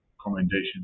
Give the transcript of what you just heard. commendation